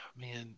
Man